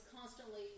constantly